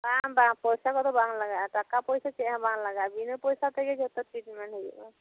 ᱵᱟᱝ ᱵᱟᱝ ᱯᱚᱭᱥᱟ ᱠᱚᱫᱚ ᱵᱟᱝ ᱞᱟᱜᱟᱜᱼᱟ ᱴᱟᱠᱟ ᱯᱚᱭᱥᱟ ᱪᱮᱫ ᱦᱚᱸ ᱵᱟᱝ ᱞᱟᱜᱟᱜᱼᱟ ᱵᱤᱱᱟᱹ ᱯᱚᱭᱥᱟ ᱛᱮᱜᱮ ᱡᱚᱛᱚ ᱴᱤᱴᱢᱮᱱ ᱦᱩᱭᱩᱜᱼᱟ